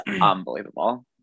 unbelievable